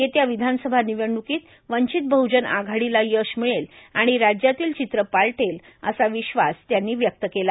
येत्या विधानसभा निवडणुकीत वंचित बह्जन आघाडीला यश मिळेल आणि राज्यातलं चित्र पालटेल असा विश्वास त्यांनी व्यक्त केला